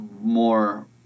more